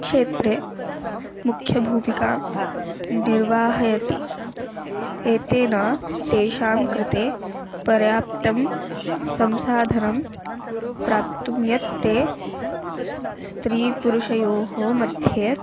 क्षेत्रे मुख्यभूमिकां निर्वहयति एतेन तेषां कृते पर्याप्तं संसाधनं प्राप्तुं यत् ते स्त्रीपुरुषयोः मध्ये